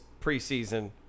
preseason